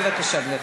בבקשה, גברתי.